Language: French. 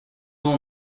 ans